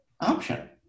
option